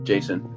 Jason